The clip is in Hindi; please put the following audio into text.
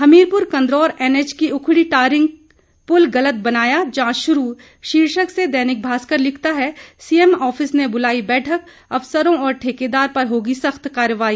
हमीरपुर कंदरौर एनएच की उखड़ी टारिंग पुल गलत बनाया जांच शुरू शीर्षक से दैनिक भास्कर लिखता है सीएम ऑफिस ने बुलाई बैठक अफसरों और ठेकेदार पर होगी सख्त कार्रवाही